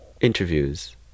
interviews